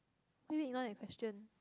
wait ignore that question